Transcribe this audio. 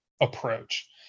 approach